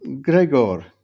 Gregor